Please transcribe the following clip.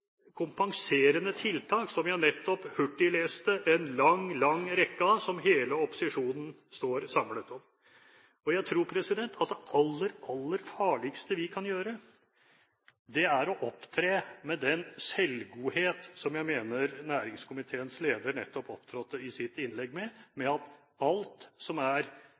kompenserende tiltak som jeg nettopp hurtigleste en lang, lang rekke av, og som hele opposisjonen står samlet om. Jeg tror at det aller farligste vi kan gjøre, er å opptre med den selvgodhet som jeg mener næringskomiteens leder nettopp opptrådte med i sitt innlegg, at alt som er